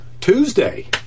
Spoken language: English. Tuesday